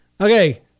okay